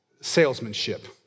salesmanship